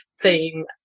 theme